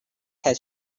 had